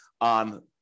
on